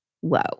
whoa